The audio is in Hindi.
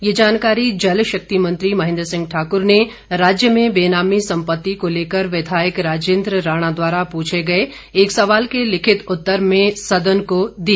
यह जानकारी जलशक्ति मंत्री महेंद्र सिंह ठाक्र ने राज्य में बेनामी संपत्ति को लेकर विधायक राजेंद्र राणा द्वारा पूछे गए एक सवाल के लिखित उत्तर में सदन को ये जानकारी दी